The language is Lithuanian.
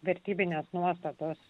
vertybinės nuostatos